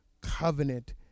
covenant